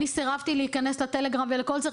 סירבתי להיכנס לטלגרם ולכל זה,